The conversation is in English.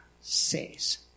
says